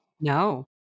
No